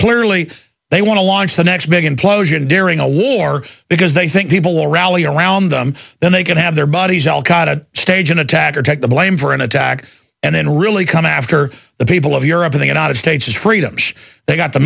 clearly they want to launch the next big implosion during a war because they think people will rally around them then they can have their buddies alcott to stage an attack or take the blame for an attack and then really come after the people of europe of the united states has freedoms they got the